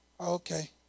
Okay